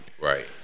right